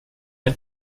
ein